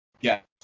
Yes